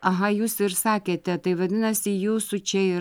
aha jūs ir sakėte tai vadinasi jūsų čia ir